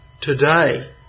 today